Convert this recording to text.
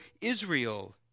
Israel